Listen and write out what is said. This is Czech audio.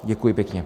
Děkuji pěkně.